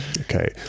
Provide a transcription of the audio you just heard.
Okay